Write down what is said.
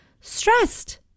stressed